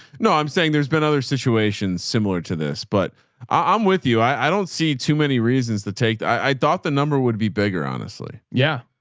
no i'm saying there's been other situations similar to this, but i'm with you. i, i don't see too many reasons to take. i thought the number would be bigger, honestly. yeah.